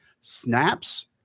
snaps